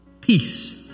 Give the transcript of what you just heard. Peace